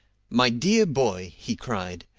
my dear boy, he cried,